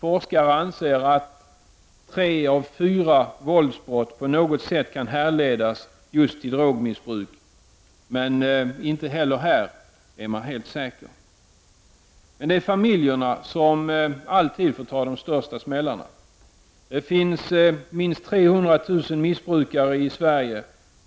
Forskare anser att tre av fyra våldsbrott på något sätt kan härledas till just drogmissbruk. Men inte heller på denna punkt vet vi säkert något. Men det är familjerna som får ta de största smällarna. Det finns minst 300 000 missbrukare i Sverige.